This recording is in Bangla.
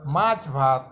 মাছ ভাত